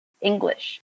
English